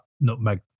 nutmeg